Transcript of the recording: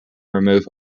remove